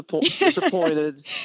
disappointed